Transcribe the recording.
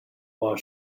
while